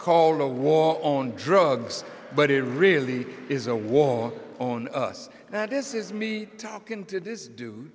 call the war on drugs but it really is a war on us that this is me talking to this do